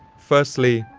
firstly,